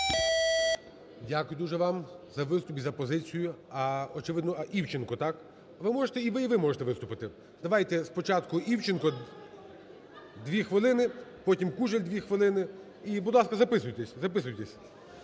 Дякую дуже вам за виступ і за позицію. А очевидно, Івченко, так? Ви можете і ви, і ви можете виступити. Давайте спочатку Івченко – дві хвилини, потім – Кужель, дві хвилини. І, будь ласка, записуйтесь, записуйтесь.